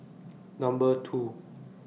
Number two